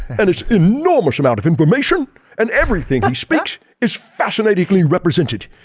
and it's enormous amount of information and everything he speaks is fascinatingly represented.